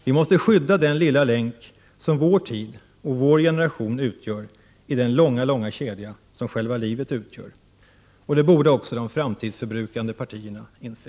Vi måste skydda den lilla länk som vår tid och vår generation utgör i den långa kedja som livet utgör. Det borde också de framtidsförbrukande partierna inse.